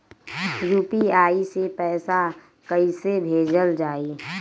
UPI से पैसा कइसे भेजल जाई?